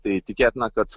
tai tikėtina kad